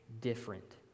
different